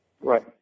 Right